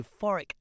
euphoric